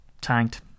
tanked